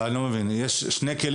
כמו שניב